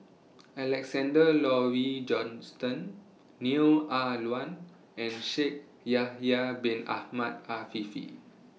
Alexander Laurie Johnston Neo Ah Luan and Shaikh Yahya Bin Ahmed Afifi